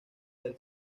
del